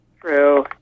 True